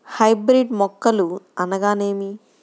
Hybrid మొక్కలు అనగానేమి?